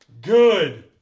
Good